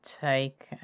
take